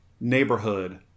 neighborhood